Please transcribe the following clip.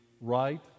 right